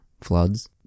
floods